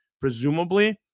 presumably